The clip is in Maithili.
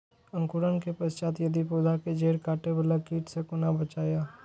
अंकुरण के पश्चात यदि पोधा के जैड़ काटे बाला कीट से कोना बचाया?